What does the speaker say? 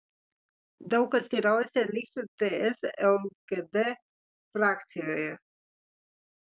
daug kas teiraujasi ar liksiu ts lkd frakcijoje